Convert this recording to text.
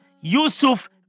Yusuf